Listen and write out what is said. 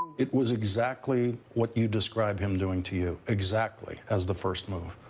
it was exactly what you describe him doing to you, exactly, as the first move.